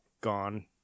gone